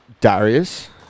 Darius